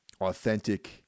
authentic